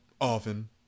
often